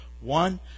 one